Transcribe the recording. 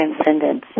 transcendence